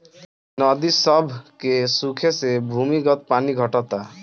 नदी सभ के सुखे से भूमिगत पानी घटता